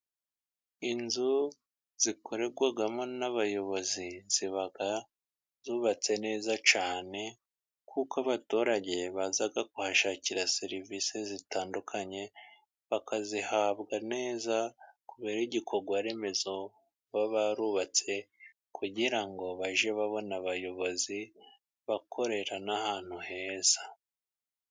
Inzu zikorerwamo n'abayobozi ziba zubatse neza cyane kuko abaturage baza kuhashakira serivisi zitandukanye bakazihabwa neza, kubera igikorwaremezo baba barubatse, kugira ngo bajye babona abayobozi bakorera n'ahantu heza.